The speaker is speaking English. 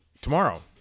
tomorrow